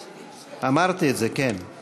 172. אמרתי את זה, כן.